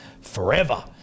forever